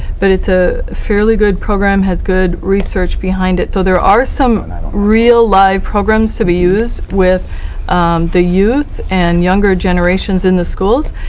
but it's a fairly good program, has good research behind it. there are some real life programs to be used with the youth and younger generations in the schools.